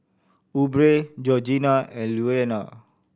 Aubree Georgina and Louanna